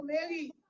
Mary